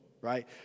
right